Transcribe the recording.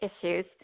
issues